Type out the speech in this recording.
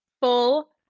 full